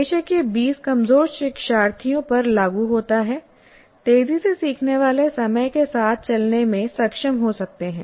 बेशक यह 20 कमजोर शिक्षार्थियों पर लागू होता है तेजी से सीखने वाले समय के साथ चलने में सक्षम हो सकते हैं